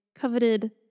Coveted